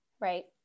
Right